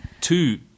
Two